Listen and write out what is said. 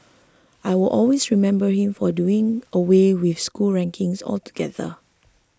I will always remember him for doing away with school rankings altogether